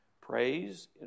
Praise